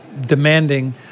demanding